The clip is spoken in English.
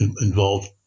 involved